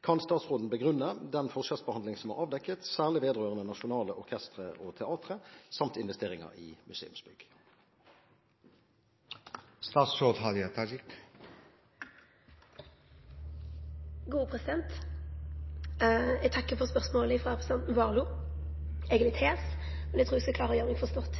Kan statsråden begrunne den forskjellsbehandling som er avdekket, særlig vedrørende nasjonale orkestre og teatre samt investeringer i museumsbygg?» Eg takkar for spørsmålet frå representanten Warloe. Eg er litt hås, men eg trur eg skal klare å gjere meg forstått.